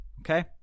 Okay